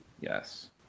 Yes